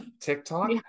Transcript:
TikTok